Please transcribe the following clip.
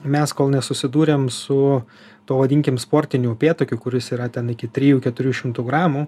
mes kol nesusidūrėm su tuo vadinkim sportiniu upėtakiu kuris yra ten iki trijų keturių šimtų gramų